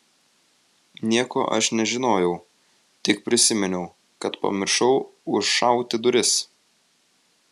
nieko aš nežinojau tik prisiminiau kad pamiršau užšauti duris